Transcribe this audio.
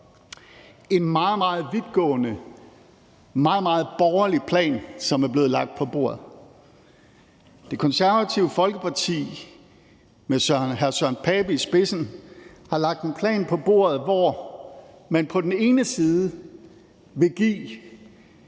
meget vidtgående og meget, meget borgerlig plan, som er blevet lagt på bordet. Det Konservative Folkeparti med hr. Søren Pape Poulsen i spidsen har lagt en plan på bordet, hvor man på den ene side vil give